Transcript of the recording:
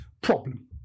problem